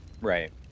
right